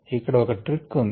ఇక్కడ ఒక ట్రిక్ ఉంది